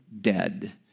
dead